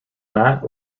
mat